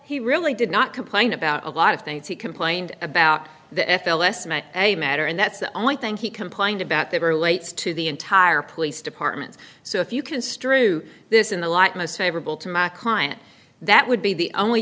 he really did not complain about a lot of things he complained about the f l s may a matter and that's the only thing he complained about there were lights to the entire police department so if you construe this in the light most favorable to my client that would be the only